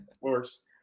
Works